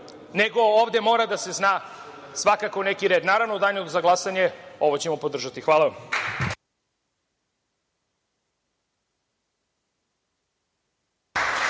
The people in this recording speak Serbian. nego ovde mora da se zna svakako neki red. Naravno, u Danu za glasanje ovo ćemo podržati. Hvala vam.